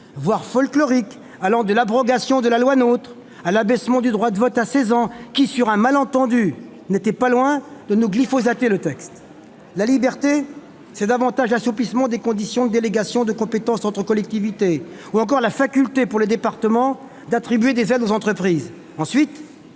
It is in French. voire folkloriques, allant de l'abrogation de la loi NOTRe à l'abaissement du droit de vote à 16 ans, qui, sur un malentendu, n'étaient pas loin de « glyphosater » le texte. La liberté, c'est davantage l'assouplissement des conditions de délégation de compétences entre collectivités ou encore la faculté, pour les départements, d'attribuer des aides aux entreprises.